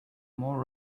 more